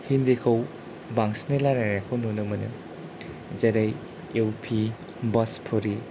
हिन्दीखौ बांसिनै रायलायनायखौ नुनो मोनो जेरै इउ पि भजपुरि